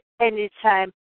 anytime